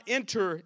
enter